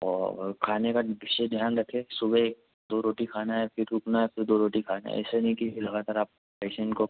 और खाने का भी विशेष ध्यान रखे सुबह दो रोटी खाना है फिर रुकना है फिर दो रोटी खाना है ऐसा नहीं कि लगातार आप पेशेंट को